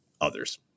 others